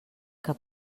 que